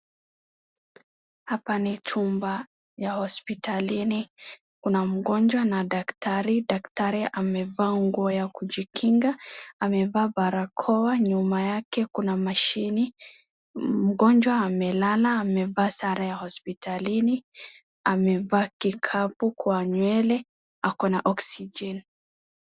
Hapa ni chumba ya hospitalini, kuna mgonjwa na daktari, daktari amevaa nguo ya kujikinga, amevaa barakoa, nyuma yake kuna mashini, mgonjwa amelala amevaa sare ya hospitalini, amevaa kikapu kwa nywele, ako na oxygen .